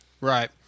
Right